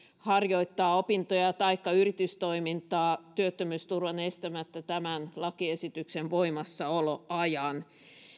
harjoittaa opintoja taikka yritystoimintaa työttömyysturvan estämättä tämän lakiesityksen voimassaoloajan